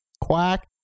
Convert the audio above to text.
quack